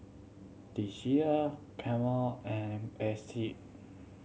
The Shilla Camel and